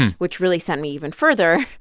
which really sent me even further.